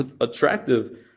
attractive